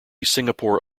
singapore